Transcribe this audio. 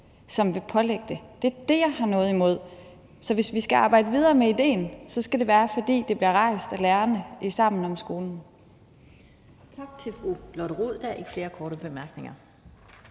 et beslutningsforslag. Det er det, jeg har noget imod. Så hvis vi skal arbejde videre med idéen, skal det være, fordi det bliver rejst af lærerne i Sammen om skolen. Kl. 11:42 Den fg. formand (Annette Lind):